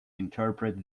interpret